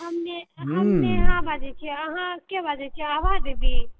हम नेह हम नेहा बाजए छिऐ अहाँ केेँ बाजए छिऐ आभा देवी